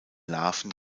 larven